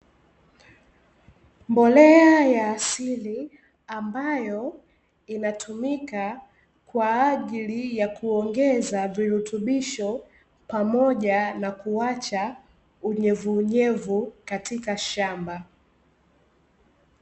Mbolea ya asili, ambayo inatumika kwaajili ya kuongeza virutubisho, pamoja na kuacha unyevunyevu katika shamba.